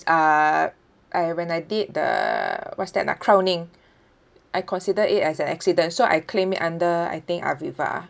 uh I when I did the what's that nah crowning I consider it as an accident so I claim it under I think aviva